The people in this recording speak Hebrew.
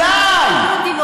הריקנות היא נוראית.